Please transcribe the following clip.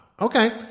Okay